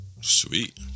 Sweet